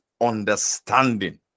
understanding